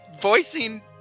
voicing